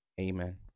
Amen